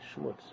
schmutz